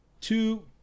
two